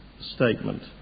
statement